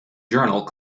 journal